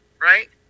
Right